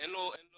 אין לו מנגנון,